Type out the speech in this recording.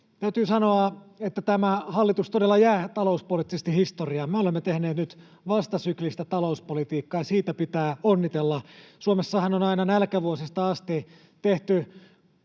Täytyy sanoa, että tämä hallitus todella jää talouspoliittisesti historiaan. Me olemme tehneet nyt vastasyklistä talouspolitiikkaa, ja siitä pitää onnitella. Suomessahan on aina nälkävuosista asti tehty